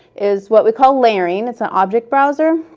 is what we call layering. it's an object browser.